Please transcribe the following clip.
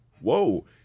whoa